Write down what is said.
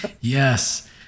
Yes